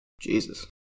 Jesus